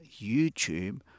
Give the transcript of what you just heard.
YouTube